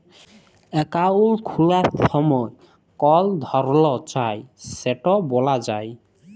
account খুলার ছময় কল ধরল চায় সেট ব্যলা যায়